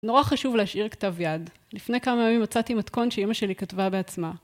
נורא חשוב להשאיר כתב יד. לפני כמה ימים מצאתי מתכון שימא שלי כתבה בעצמה.